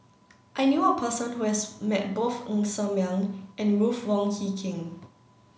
I knew a person who has met both Ng Ser Miang and Ruth Wong Hie King